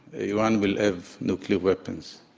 iran will have nuclear weapons.